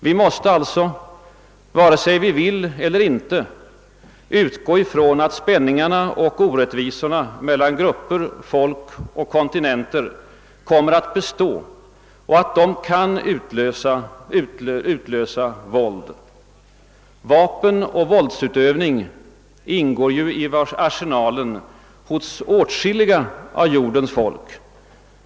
Vi måste alltså, vare sig vi vill eller inte, utgå från att spänningarna och orättvisorna mellan grupper, folk och kontinenter kommer att bestå och att de kan utlösa våld. Vapen och våldsutövning ingår i arsenalen hos åtskilliga av jordens folk.